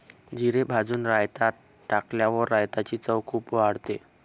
जिरे भाजून रायतात टाकल्यावर रायताची चव खूप वाढते